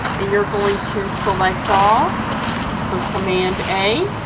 and you're going to select all so command a,